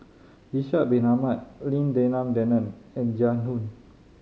Ishak Bin Ahmad Lim Denan Denon and Jiang Hu